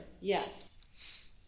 Yes